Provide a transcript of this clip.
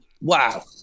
wow